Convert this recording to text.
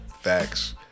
Facts